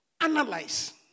analyze